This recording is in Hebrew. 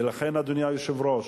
ולכן, אדוני היושב-ראש,